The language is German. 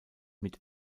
mit